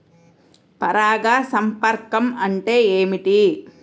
పరాగ సంపర్కం అంటే ఏమిటి?